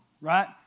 right